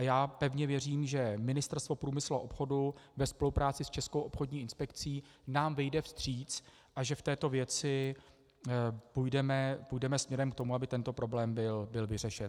Já pevně věřím, že Ministerstvo průmyslu a obchodu ve spolupráci s Českou obchodní inspekcí nám vyjde vstříc a že v této věci půjdeme směrem k tomu, aby tento problém byl vyřešen.